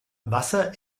wasser